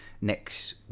next